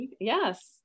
yes